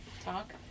talk